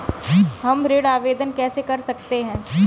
हम ऋण आवेदन कैसे कर सकते हैं?